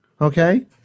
Okay